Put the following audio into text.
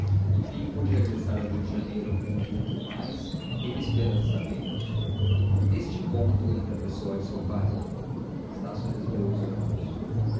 enfim pude regressar ao rio de janeiro com um luto mais e uma esperança menos neste ponto entra a pessoa de seu pai estácio desviou os olhos